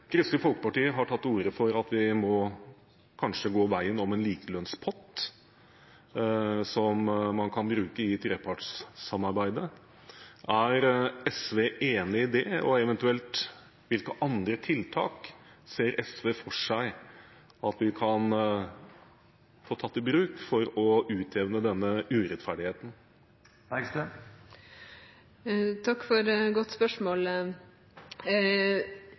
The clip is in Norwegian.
Kristelig Folkeparti har tatt til orde for at vi kanskje må gå veien om en likelønnspott, som man kan bruke i trepartssamarbeidet. Er SV enig i det? Og hvilke eventuelle andre tiltak ser SV for seg at vi kan få tatt i bruk for å utjevne denne urettferdigheten? Takk for et godt spørsmål.